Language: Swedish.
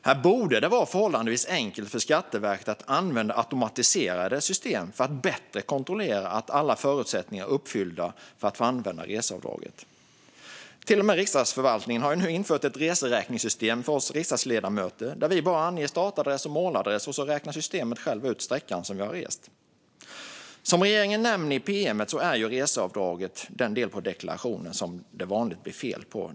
Här borde det vara förhållandevis enkelt för Skatteverket att använda automatiserade system för att bättre kontrollera att alla förutsättningar är uppfyllda för att få använda reseavdraget. Till och med Riksdagsförvaltningen har nu infört ett reseräkningssystem för oss riksdagsledamöter där vi bara anger startadress och måladress, och så räknar systemet självt ut sträckan som vi har rest. Som regeringen nämner i pm:et är reseavdraget den del av deklarationen som det vanligen blir fel på.